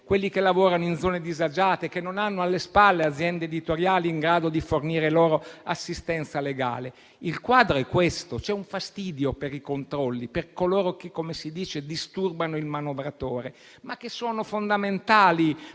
quelli che lavorano in zone disagiate, che non hanno alle spalle aziende editoriali in grado di fornire loro assistenza legale. Il quadro è questo. C'è un fastidio per i controlli, per coloro che - come si dice - disturbano il manovratore, ma che sono fondamentali